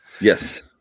Yes